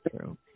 true